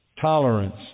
tolerance